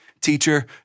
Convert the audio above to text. Teacher